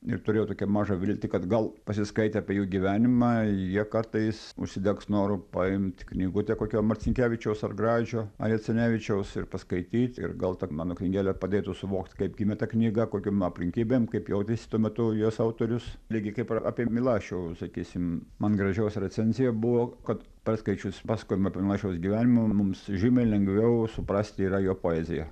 ir turėjau tokią mažą viltį kad gal pasiskaitę apie jų gyvenimą jie kartais užsidegs noru paimt knygutę kokią marcinkevičiaus ar gražio ar jacinevičiaus ir paskaityt ir gal ta mano knygelė padėtų suvokt kaip gimė ta knyga kokiom aplinkybėm kaip jautėsi tuo metu jos autorius lygiai kaip ir apie milašių sakysim man gražiausia recenzija buvo kad perskaičius pasakojimą apie milašiaus gyvenimą mums žymiai lengviau suprasti yra jo poeziją